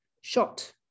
shot